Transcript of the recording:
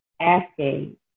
asking